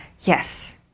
Yes